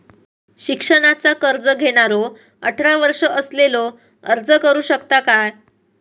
शिक्षणाचा कर्ज घेणारो अठरा वर्ष असलेलो अर्ज करू शकता काय?